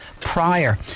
prior